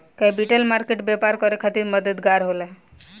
capital market व्यापार करे खातिर मददगार होला